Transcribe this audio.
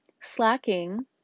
slacking